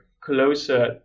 closer